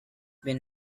been